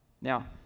Now